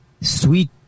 sweet